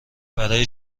برای